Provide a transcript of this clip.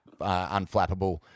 unflappable